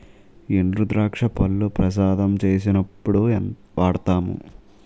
ఎండుద్రాక్ష పళ్లు ప్రసాదం చేసినప్పుడు వాడుతాము